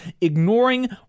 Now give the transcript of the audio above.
ignoring